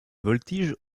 voltige